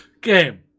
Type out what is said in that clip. game